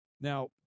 Now